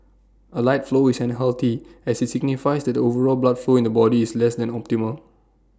A light flow is unhealthy as IT signifies that the overall blood flow in the body is less than optimal